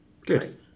good